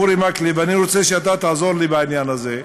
אורי מקלב, אני רוצה שאתה תעזור לי בעניין הזה.